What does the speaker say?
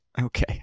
Okay